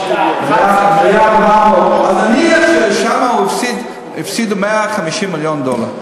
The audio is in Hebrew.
אז נניח ששם הוא הפסיד 150 מיליון דולר.